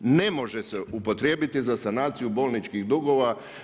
Ne može se upotrijebiti za sanaciju bolničkih dugova.